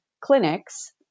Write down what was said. clinics